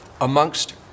Amongst